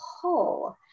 whole